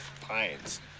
Pines